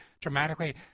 dramatically